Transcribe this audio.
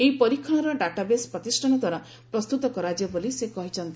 ଏହି ପରୀକ୍ଷଣର ଡାଟାବେସ୍ ପ୍ରତିଷ୍ଠାନଦ୍ୱାରା ପ୍ରସ୍ତୁତ କରାଯିବ ବୋଲି ସେ କହିଛନ୍ତି